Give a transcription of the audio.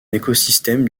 écosystème